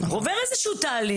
הוא עובר איזה שהוא תהליך.